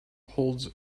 holds